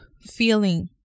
feeling